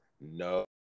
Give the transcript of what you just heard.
no